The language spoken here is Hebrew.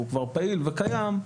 והוא פעיל וקיים,